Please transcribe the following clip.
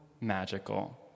magical